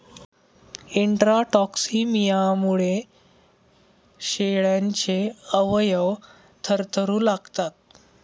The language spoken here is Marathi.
इंट्राटॉक्सिमियामुळे शेळ्यांचे अवयव थरथरू लागतात